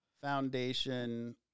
Foundation